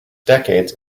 decades